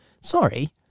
Sorry